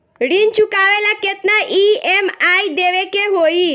ऋण चुकावेला केतना ई.एम.आई देवेके होई?